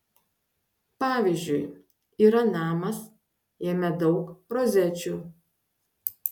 pavyzdžiui yra namas jame daug rozečių